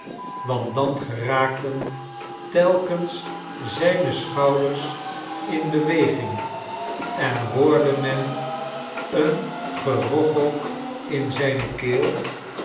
want dan geraakten telkens zijne schouders in beweging en hoorde men een gerochel in zijne keel